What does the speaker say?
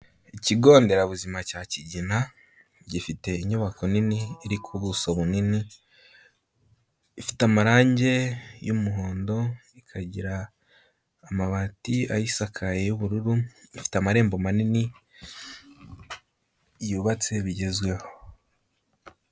Ikigonderabuzima cya Kigina gifite inyubako nini iri ku buso bunini. Ifite amarangi y'umuhondo, ikagira amabati ayisakaye y'ubururu. Ifite amarembo manini yubatse bigezweho.